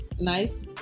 nice